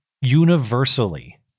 universally